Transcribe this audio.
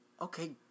Okay